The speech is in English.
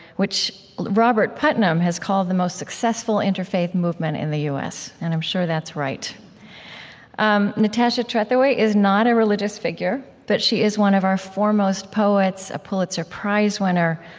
which robert putnam has called the most successful interfaith movement in the u s. and i'm sure that's right um natasha trethewey is not a religious figure, but she is one of our foremost poets, a pulitzer prize winner,